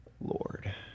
Lord